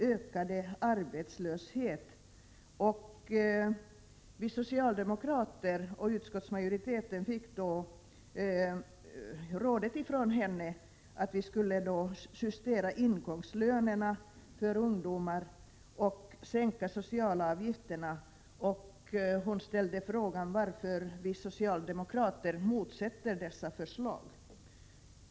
Hon rådde oss socialdemokrater och utskottsmajoriteten att justera ingångslönerna för ungdomar och sänka socialavgifterna, och hon frågade varför vi socialdemokrater motsätter oss dessa förslag.